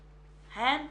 אדיר,